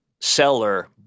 seller